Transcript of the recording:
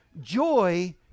Joy